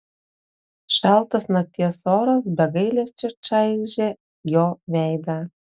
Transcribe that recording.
šaltas nakties oras be gailesčio čaižė jo veidą